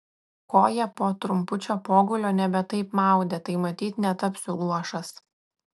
koją po trumpučio pogulio nebe taip maudė tai matyt netapsiu luošas